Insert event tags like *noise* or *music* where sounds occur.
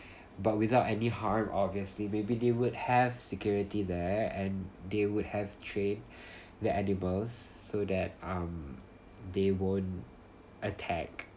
*breath* but without any harm obviously maybe they would have security there and they would have trained the animals so that um they won't attack